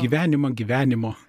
gyvenimą gyvenimo